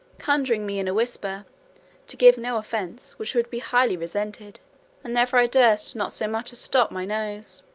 conjuring me in a whisper to give no offence, which would be highly resented and therefore i durst not so much as stop my nose.